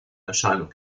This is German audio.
erscheinung